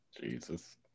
Jesus